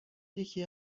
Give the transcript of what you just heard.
یکی